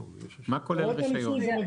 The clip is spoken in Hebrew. מה כולל הרישיון?